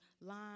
line